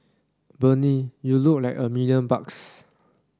Bernie you look like a million bucks